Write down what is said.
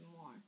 more